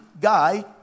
guy